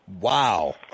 Wow